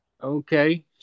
Okay